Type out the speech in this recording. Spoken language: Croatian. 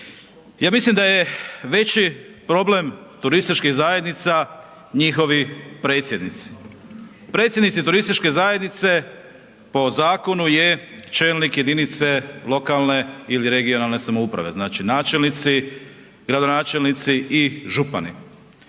Ja mislim da je veći problem turističkih zajednica njihovi predsjednici. Predsjednici turističke zajednice po zakonu je čelnik jedinice lokalne ili regionalne samouprave, znači načelnici, gradonačelnici i župani.